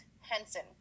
Henson